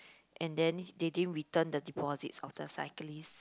and then they didn't return the deposits of the cyclists